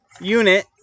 Unit